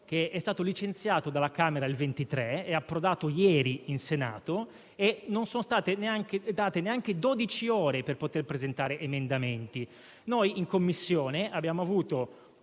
che è stato licenziato dalla Camera il 23 febbraio, è approdato ieri in Senato e non sono state date neanche dodici ore per presentare emendamenti. In Commissione abbiamo avuto